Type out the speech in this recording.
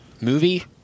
movie